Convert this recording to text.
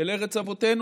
אל ארץ אבותינו.